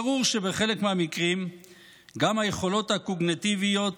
ברור שבחלק מהמקרים גם היכולות הקוגניטיביות